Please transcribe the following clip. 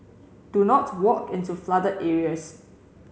do not walk into flooded areas